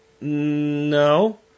no